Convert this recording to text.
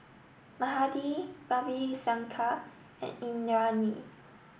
mahade Ravi Shankar and Indranee